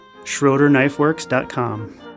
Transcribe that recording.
SchroederKnifeWorks.com